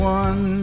one